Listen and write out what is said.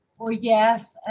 or, yes, and